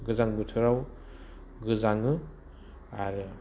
गोजां बोथोराव गोजाङो आरो